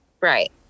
Right